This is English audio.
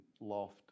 loft